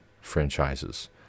franchises